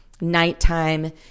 nighttime